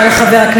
אינו נוכח,